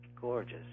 gorgeous